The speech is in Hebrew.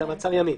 זה מעצר ימים.